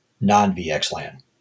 non-VXLAN